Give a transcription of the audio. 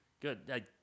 Good